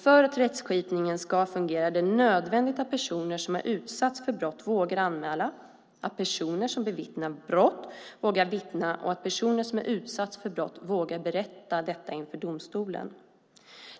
För att rättskipningen ska fungera är det nödvändigt att personer som har utsatts för brott vågar anmäla, att personer som bevittnat brott vågar vittna och att personer som utsatts för brott vågar berätta detta inför domstolen.